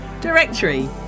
directory